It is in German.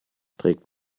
trägt